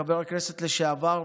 חבר הכנסת לשעבר,